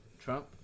Trump